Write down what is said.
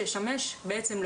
שבעצם ישמש לעוד.